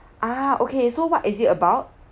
ah okay so what is it about